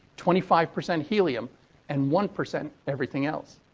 twenty five percent helium and one percent everything else.